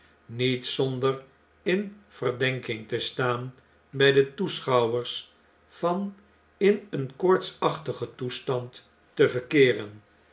niet zonder in verdenking te staan bij de toeschouwers van in een koortsachtigen toestand te verkeeren